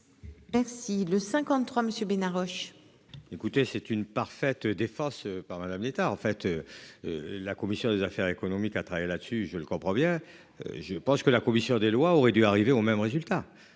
Merci le 53 monsieur Bena Roche. Écoutez c'est une parfaite des faces par Madame Létard en fait. La commission des affaires économiques a travaillé là-dessus, je le comprends bien, je pense que la commission des lois aurait dû arriver au même résultat.